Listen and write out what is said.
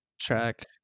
track